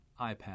iPad